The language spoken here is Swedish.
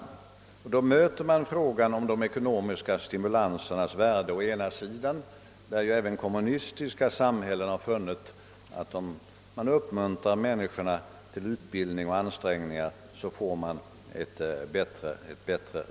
Då möter man frågan om de ekonomiska stimulansernas värde, som man inte bör glömma. T. o. m. i kommunistiska samhällen har man funnit, att om människorna ekonomiskt uppmuntras till utbildning och ansträngningar, blir deras produktionsresultat bättre.